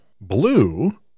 Blue